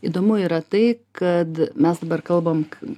įdomu yra tai kad mes dabar kalbam